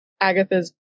Agatha's